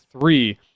three